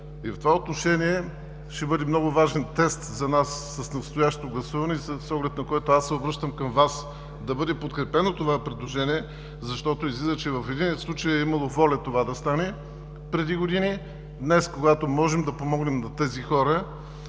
В това отношение ще бъде много важен тест за нас настоящото гласуване, с оглед на което аз се обръщам към Вас, да бъде подкрепено това предложение, защото излиза, че в единия случай е имало воля това да стане преди години, а днес можем да помогнем на тези хора